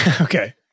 Okay